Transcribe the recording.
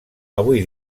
avui